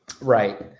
Right